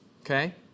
Okay